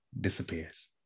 disappears